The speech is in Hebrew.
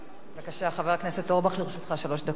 בבקשה, חבר הכנסת אורבך, לרשותך שלוש דקות.